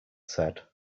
said